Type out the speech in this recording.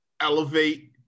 elevate